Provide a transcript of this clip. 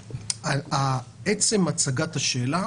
עצם הצגת השאלה